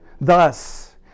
Thus